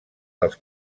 dels